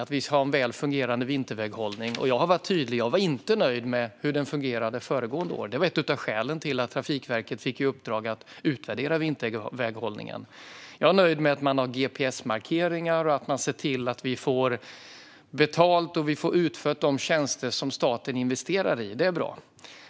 Där delar jag Lars Beckmans uppfattning. Jag har varit tydlig: Jag var inte nöjd med hur den fungerade föregående år. Det var ett av skälen till att Trafikverket fick i uppdrag att utvärdera vinterväghållningen. Jag är nöjd med att man har gps-markeringar och att man ser till att vi får betalt och utfört de tjänster som staten investerar i. Det är bra.